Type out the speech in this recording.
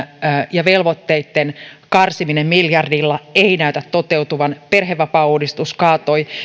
ja velvoitteitten karsiminen miljardilla ei näytä toteutuvan perhevapaauudistus kaatui